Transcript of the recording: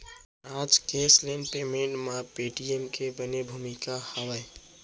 आज cashless payment म Paytm के बने भूमिका हावय